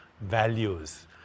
values